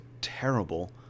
terrible